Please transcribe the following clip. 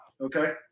okay